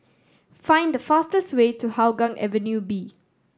find the fastest way to Hougang Avenue B